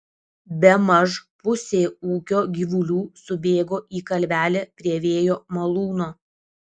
bemaž pusė ūkio gyvulių subėgo į kalvelę prie vėjo malūno